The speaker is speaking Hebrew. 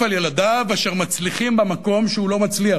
על ילדיו אשר מצליחים במקום שהוא לא מצליח,